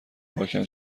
پاکن